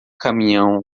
caminhão